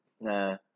nah